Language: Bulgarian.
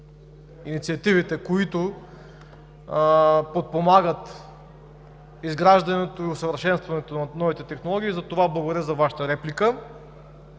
инициативите, които подпомагат изграждането и усъвършенстването на новите технологии, затова благодаря за Вашата реплика.